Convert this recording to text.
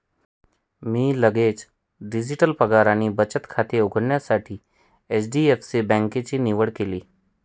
मी लगेच डिजिटल पगार आणि बचत खाते उघडण्यासाठी एच.डी.एफ.सी बँकेची निवड केली